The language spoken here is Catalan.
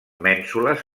mènsules